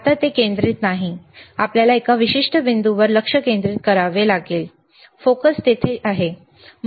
आता ते केंद्रित नाही आपल्याला एका विशिष्ट बिंदूवर लक्ष केंद्रित करावे लागेल फोकस तेथे ठीक आहे